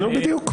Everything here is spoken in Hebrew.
בדיוק.